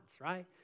right